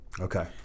Okay